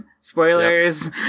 Spoilers